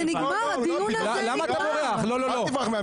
אל תברח.